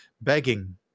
begging